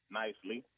nicely